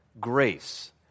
Grace